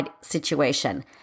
situation